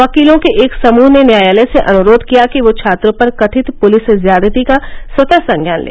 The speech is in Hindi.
वकीलों के एक समूह ने न्यायालय से अनुरोध किया कि वह छात्रों पर कथित पुलिस ज्यादती का स्वतः संज्ञान ले